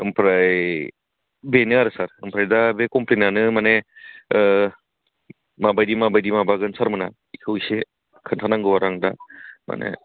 ओमफ्राय बेनो आरो सार ओमफ्राय दा बे कमप्लेनानो माने माबायदि माबायदि माबागोन सार मोनहा बेखौ एसे खोन्थानांगौ आरो आं दा माने